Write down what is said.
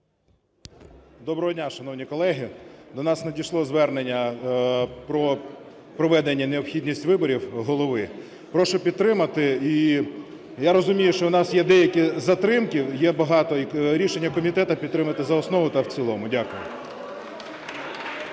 Доброго дня, шановні колеги. До нас надійшло звернення про проведення необхідність виборів голови. Прошу підтримати. І я розумію, що у нас є деякі затримки, є багато… Рішення комітету - підтримати за основу та в цілому. Дякую.